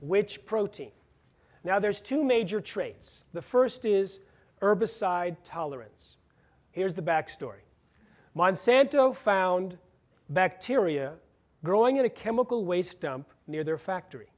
which protein now there's two major traits the first is herbicide tolerance here's the backstory monsanto found bacteria growing in a chemical waste dump near their factory